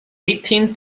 eighteen